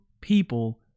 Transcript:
people